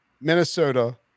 Minnesota